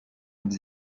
with